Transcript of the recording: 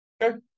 okay